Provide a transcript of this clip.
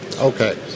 Okay